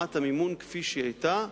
ורמת המימון כפי שהיא היתה,